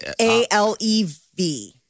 A-L-E-V